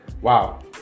Wow